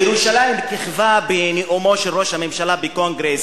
ירושלים כיכבה בנאומו של ראש הממשלה בקונגרס,